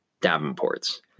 Davenports